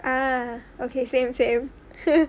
ah okay same same